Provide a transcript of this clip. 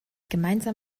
gemeinsam